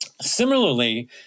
Similarly